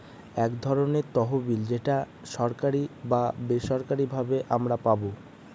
এক ধরনের তহবিল যেটা সরকারি বা বেসরকারি ভাবে আমারা পাবো